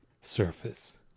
surface